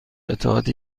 قطعات